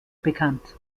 bekannt